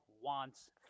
wants